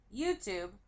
YouTube